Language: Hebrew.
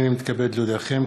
הנני מתכבד להודיעכם,